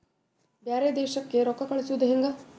ಬ್ಯಾರೆ ದೇಶಕ್ಕೆ ರೊಕ್ಕ ಕಳಿಸುವುದು ಹ್ಯಾಂಗ?